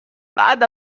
بعد